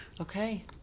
okay